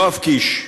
יואב קיש: